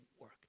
work